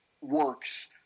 works